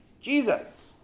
Jesus